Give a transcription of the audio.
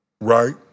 right